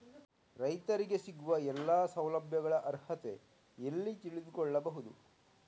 ರೈತರಿಗೆ ಸಿಗುವ ಎಲ್ಲಾ ಸೌಲಭ್ಯಗಳ ಅರ್ಹತೆ ಎಲ್ಲಿ ತಿಳಿದುಕೊಳ್ಳಬಹುದು?